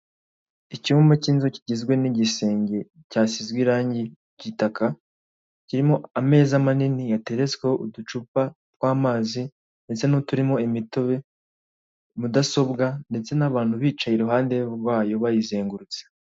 Icyumba cy'inzu kigizwe n'igisenge cyasize irangi ry'igitaka kirimo ameza manini yateretsweho uducupa twa'mazi ndetse n'uturimo imitobe, mudasobwa ndetse n'abantu bicaye iruhande rwayo bayizengurutse.